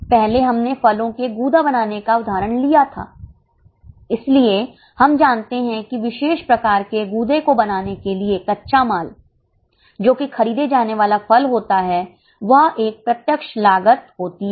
पहले हमने फलों के गुदा बनाने का उदाहरण लिया था इसलिए हम जानते हैं कि विशेष प्रकार के गूदे को बनाने के लिए कच्चा माल जो कि खरीदे जाने वाला फल होता है वह एक प्रत्यक्ष लागत होती है